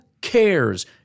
cares